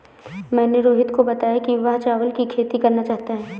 मैंने रोहित को बताया कि वह चावल की खेती करना चाहता है